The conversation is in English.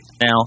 Now